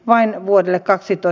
vain vuodelle kaksi tai